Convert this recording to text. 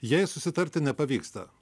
jei susitarti nepavyksta